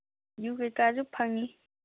U ꯀꯩꯀꯥꯁꯨ ꯐꯪꯉꯤ